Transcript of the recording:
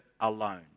alone